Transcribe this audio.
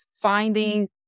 finding